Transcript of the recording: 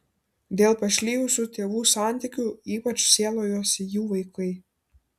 dėl pašlijusių tėvų santykių ypač sielojosi jų vaikai